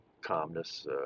calmness